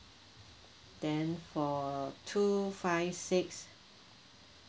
then for two five six